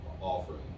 offering